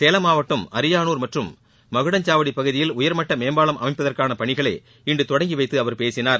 சேலம் மாவட்டம் அரியானுர் மற்றும் மகுடஞ்சாவடி பகுதிகளில் உயர்மட்ட மேம்பாலம் அமைப்பதற்கான பணிகளை இன்று தொடங்கி வைத்து அவர் பேசினார்